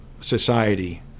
society